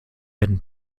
werden